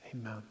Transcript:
amen